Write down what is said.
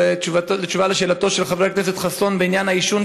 בתשובה על שאלתו של חבר הכנסת חסון בעניין העישון,